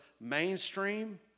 mainstream